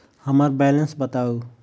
हम्मर बैलेंस बताऊ